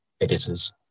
editors